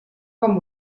com